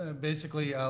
ah basically,